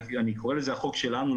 אני קורא לזה החוק שלנו,